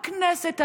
הכנסת אדישה,